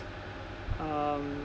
um